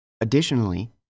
Additionally